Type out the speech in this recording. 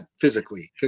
physically